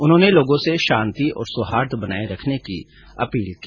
उन्होंने लोगों से शांति और सौहार्द बनाए रखने की अपील की